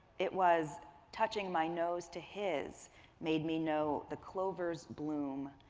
it was touching my nose to his made me know the clover's bloom,